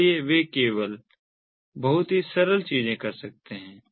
इसलिए वे केवल बहुत ही सरल चीजें कर सकते हैं